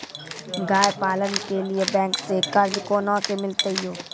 गाय पालन के लिए बैंक से कर्ज कोना के मिलते यो?